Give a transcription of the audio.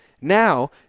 Now